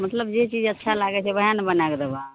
मतलब जे चीज अच्छा लागै छै वहए ने बना के देब